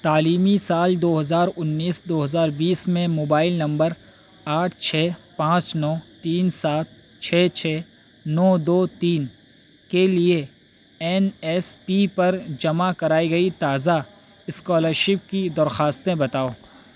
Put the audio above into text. تعلیمی سال دو ہزار انیس دو ہزار بیس میں موبائل نمبر آٹھ چھ پانچ نو تین سات چھ چھ نو دو تین کے لیے این ایس پی پر جمع کرائی گئی تازہ اسکالر شپ کی درخواستیں بتاؤ